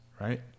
right